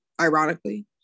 ironically